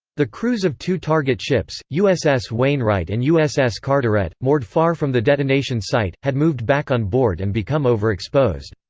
the crews of two target ships, uss wainwright and uss carteret, moored far from the detonation site, had moved back on board and become overexposed.